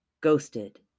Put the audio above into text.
Ghosted